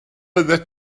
oeddet